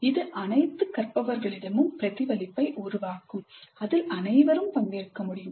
இது அனைத்து கற்பவர்களிடமும் பிரதிபலிப்பை உருவாக்கும் அதில் அனைவரும் பங்கேற்க முடியும்